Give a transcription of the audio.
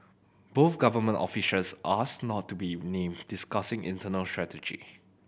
both government officials asked not to be named discussing internal strategy